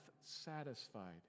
satisfied